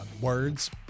words